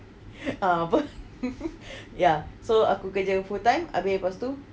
uh apa ya so aku kerja full time abeh lepas tu